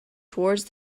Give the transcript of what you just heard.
toward